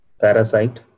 parasite